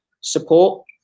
support